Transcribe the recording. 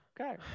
Okay